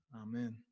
Amen